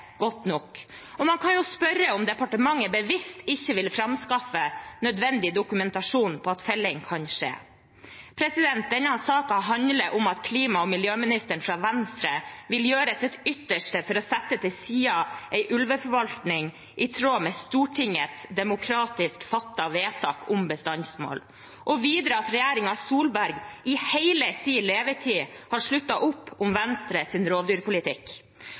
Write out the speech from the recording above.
godt nok. Man kan spørre seg om departementet bevisst ikke vil framskaffe nødvendig dokumentasjon for at felling kan skje. Denne saken handler om at klima- og miljøministeren fra Venstre vil gjøre sitt ytterste for å sette til side en ulveforvaltning som er i tråd med Stortingets demokratisk fattede vedtak om bestandsmål, og at Solberg-regjeringen i hele sin levetid har sluttet opp om Venstres rovdyrpolitikk.